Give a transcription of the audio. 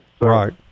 Right